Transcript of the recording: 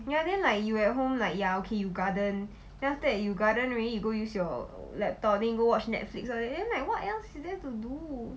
ya then like you at home like ya okay you garden then after that you garden already you go use your laptop then you go watch Netflix all that then like what else is there to do